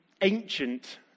ancient